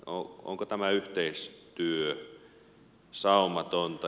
onko tämä yhteistyö saumatonta